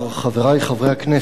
חברי חברי הכנסת,